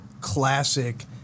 classic